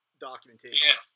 documentation